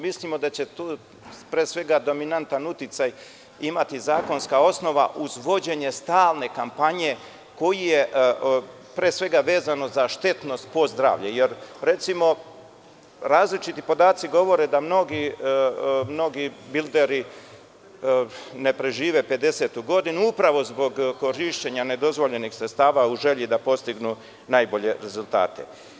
Mislimo da će tu dominantan uticaj imati zakonska osnova uz vođenje stalne kampanje, pre svega vezano za štetnost po zdravlje, jer recimo, različiti podaci govore da mnogi bodibilderi ne prežive 50. godinu upravo zbog korišćenja nedozvoljenih sredstava u želji da postignu najbolje rezultate.